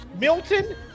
Milton